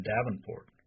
Davenport